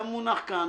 היה מונח כאן.